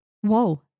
whoa